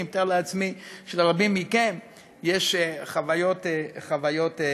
אני מתאר לעצמי שלרבים מכם יש חוויות דומות.